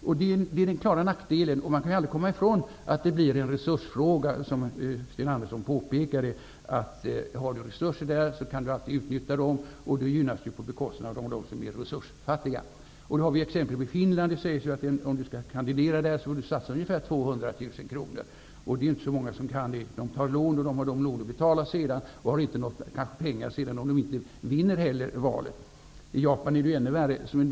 Det är den klara nackdelen, och man kan ju aldrig komma ifrån att det blir en resursfråga, precis som Sten Andersson i Malmö påpekade. Har du resurser, kan du alltid utnyttja dem, och det sker på bekostnad av dem som är resursfattiga. Skall du kandidera i exempelvis Finland sägs det att du får lov att satsa ungefär 200 000 kr. Det är inte så många som kan det, utan de får i stället ta lån som de måste betala sedan, och vinner de inte valet har de kanske inga pengar att betala lånet med. I Japan är det enligt en del ännu värre.